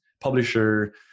publisher